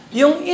yung